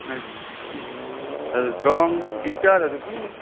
हजुर ड्रम गिटारहरू पनि